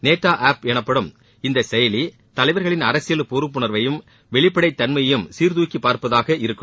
நேத்தா app எனப்படும் இந்த செயலி தலைவர்களின் அரசியல் பொறுப்புணர்வையும் வெளிப்படை தன்மையையும் சீர்தூக்கி பார்ப்பதாக இருக்கும்